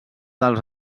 dels